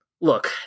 look